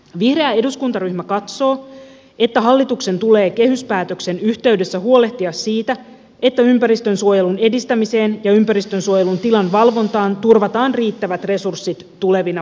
vihreä eduskuntaryhmä katsoo että hallituksen tulee kehyspäätöksen yhteydessä huolehtia siitä että ympäristönsuojelun edistämiseen ja ympäristönsuojelun tilan valvontaan turvataan riittävät resurssit tulevina vuosina